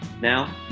Now